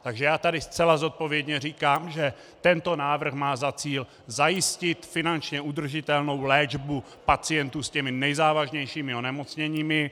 Takže já tady zcela zodpovědně říkám, že tento návrh má za cíl zajistit finančně udržitelnou léčbu pacientů s těmi nejzávažnějšími onemocněními.